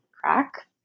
crack